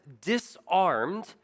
disarmed